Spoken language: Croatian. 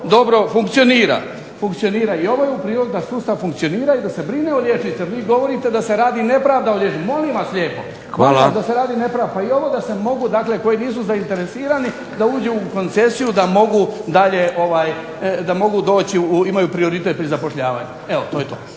mikrofona, ne razumije se./… u prilog da sustav funkcionira i da se brine o liječnicima, jer vi govorite da se radi nepravda …/Ne razumije se./… Molim vas lijepo …/Ne razumije se./… pa i ovo da se mogu dakle koji nisu zainteresirani da uđu u koncesiju da mogu dalje, da mogu doći, imaju prioritet pri zapošljavanju. Evo, to je to.